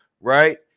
right